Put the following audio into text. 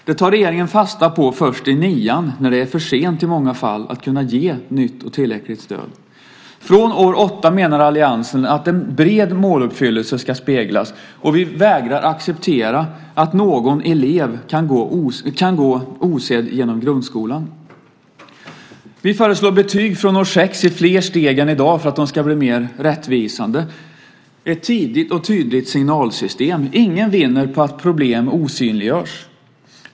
Detta tar regeringen fasta på först i nian när det i många fall är för sent att kunna ge nytt och tillräckligt stöd. Från år 8 menar alliansen att en bred måluppfyllelse ska speglas. Vi vägrar att acceptera att någon elev kan gå osedd genom grundskolan. Vi föreslår betyg från år 6, i fler steg än i dag för att de ska bli mer rättvisande - ett tidigt och tydligt signalsystem. Ingen vinner på att problem osynliggörs.